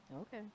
Okay